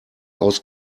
aus